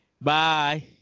bye